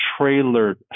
trailer